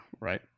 right